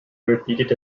repeated